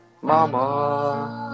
Mama